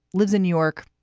lives in new york,